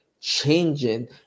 changing